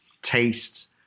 tastes